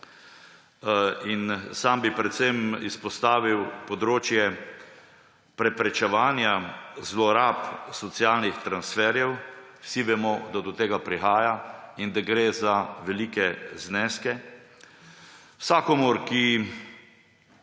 Sam bi predvsem izpostavil področje preprečevanja zlorab socialnih transferjev − vsi vemo, da do tega prihaja in da gre za velike zneske. Vsakomur, ki